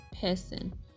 person